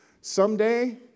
someday